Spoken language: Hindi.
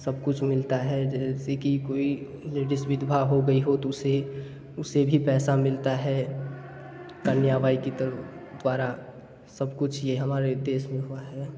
सब कुछ मिलता है जैसे कि कोई लेडिस विधवा हो गई हो तो उसे उसे भी पैसा मिलता है कन्या बाई की तर द्वारा सब कुछ ये हमारे देश में हुआ है